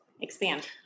expand